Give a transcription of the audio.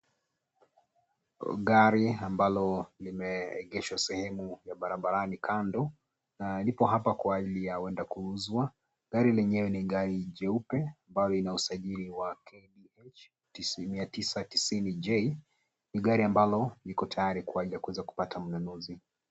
Gari ambalo limeengeshwa sehemu ya barabarani kando na liko hapa kwa ajili ya kuenda kuuzwa. Gari lenyewe. Ni ni gari nyeupe ambalo lina usajili wa KDH 990J.Ni gari ambalo liko tayari kwa ajili ya kuweza kupata mnunuzi.